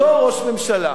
אותו ראש ממשלה